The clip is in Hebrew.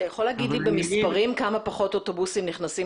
אתה יכול להגיד במספרים כמה פחות אוטובוסים נכנסים